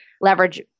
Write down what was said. leverage